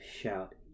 shout